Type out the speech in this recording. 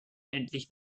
endlich